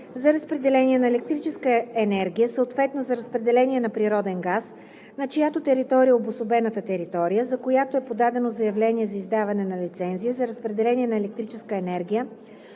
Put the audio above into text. за разпределение на електрическа енергия, съответно за разпределение на природен газ, на чиято територия е обособената територия, за която е подадено заявление за издаване на лицензия за разпределение на електрическа енергия